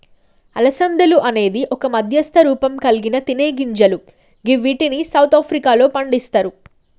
అలసందలు అనేది ఒక మధ్యస్థ రూపంకల్గిన తినేగింజలు గివ్విటిని సౌత్ ఆఫ్రికాలో పండిస్తరు